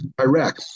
Iraq